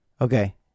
Okay